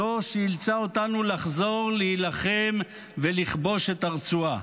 זו שאילצה אותנו לחזור להילחם ולכבוש את הרצועה.